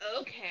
okay